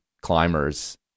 climbers